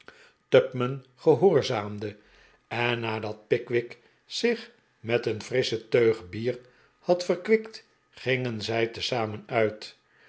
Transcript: tupman gehoorzaamde en nadat pickt tw jwnpwp pickwick doet een oudheidkundige ontdekkinc v i wick zich met een frissche teug bier had verkwikt gingen zij tezamen uit